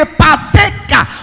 partaker